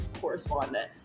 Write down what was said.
correspondent